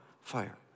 Fire